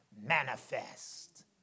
manifest